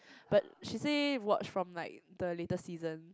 but she say watch from like the later season